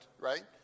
right